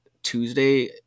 tuesday